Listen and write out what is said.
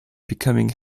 becoming